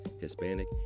Hispanic